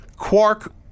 Quark